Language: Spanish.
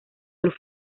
del